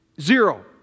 Zero